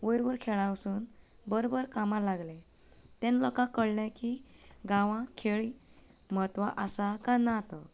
वयर वयर खेळांत वचोन बरो बरो कामांक लागले तेन्ना लोकांक कळ्ळें की गांवांत खेळ म्हत्व आसा कांय ना तो